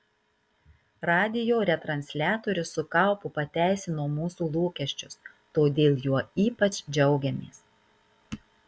radijo retransliatorius su kaupu pateisino mūsų lūkesčius todėl juo ypač džiaugiamės